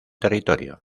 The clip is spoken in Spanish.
territorio